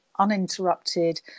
uninterrupted